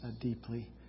deeply